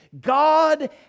God